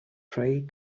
pray